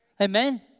Amen